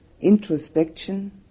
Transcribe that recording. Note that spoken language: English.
introspection